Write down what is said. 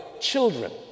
children